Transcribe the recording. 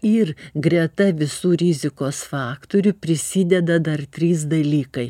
ir greta visų rizikos faktorių prisideda dar trys dalykai